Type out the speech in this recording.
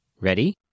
Ready